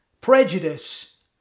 prejudice